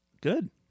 good